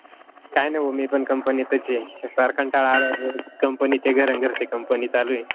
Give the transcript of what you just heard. काय नाही हो मी पण कंपनीतच आहे पार कंटाळा आला कंपनी ते घरन् घर ते कंपनी चालू आहे